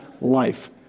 life